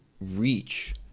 reach